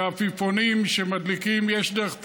בעפיפונים שמדליקים יש דרך לטפל.